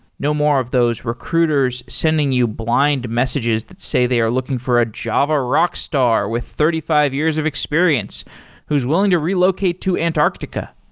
no more of those recruiters sending you blind messages that say they are looking for a java rockstar with thirty five years of experience who's willing to relocate to antarctica.